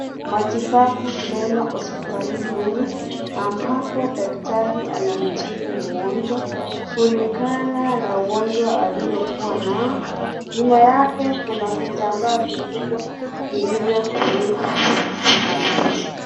Matibabu mema hospitalini humu, ambapo daktari anamtibu mgonjwa, kulingana na ugonjwa aliyokuwa nayo. Nyuma yake, kuna vitambaa vikubwa vilivyo funikwa.